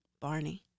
Barney